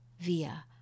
via